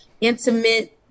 intimate